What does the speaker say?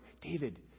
David